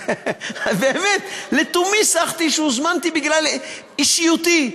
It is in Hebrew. באמת, לתומי שחתי שהוזמנתי בגלל אישיותי.